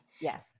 Yes